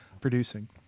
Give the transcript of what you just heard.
producing